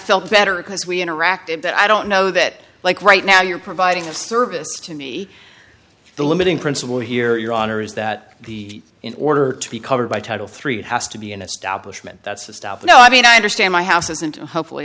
felt better because we interacted but i don't know that like right now you're providing of service to me the limiting principle here your honor is that the in order to be covered by title three it has to be an establishment that says stop no i mean i understand my house isn't hopefully